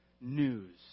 news